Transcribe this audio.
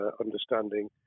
understanding